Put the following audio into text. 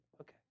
Okay